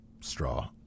straw